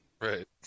Right